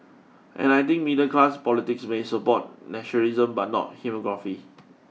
and I think middle class politics may support nationalism but not hegemony